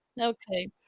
Okay